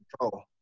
control